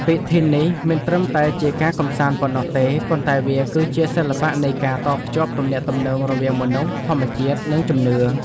ពិធីនេះមិនត្រឹមតែជាការកម្សាន្តប៉ុណ្ណោះទេ ប៉ុន្តែវាគឺជាសិល្បៈនៃការតភ្ជាប់ទំនាក់ទំនងរវាងមនុស្ស ធម្មជាតិ និងជំនឿ។